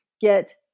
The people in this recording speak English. get